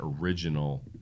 original